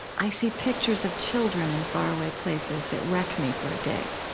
i see pictures of children in faraway places that wreck me for a day.